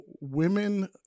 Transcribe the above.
women